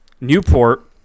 Newport